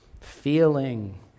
feeling